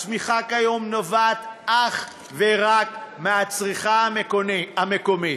הצמיחה כיום נובעת אך ורק מהצריכה המקומית.